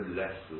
less